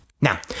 Now